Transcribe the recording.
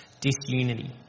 disunity